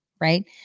right